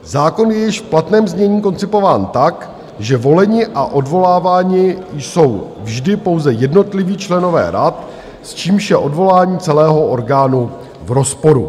Zákon je již v platném znění koncipován tak, že voleni a odvoláváni jsou vždy pouze jednotliví členové rad, s čímž je odvolání celého orgánu v rozporu.